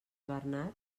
bernat